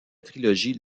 trilogie